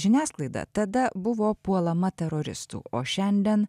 žiniasklaida tada buvo puolama teroristų o šiandien